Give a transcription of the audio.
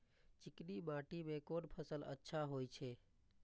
चिकनी माटी में कोन फसल अच्छा होय छे?